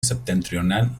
septentrional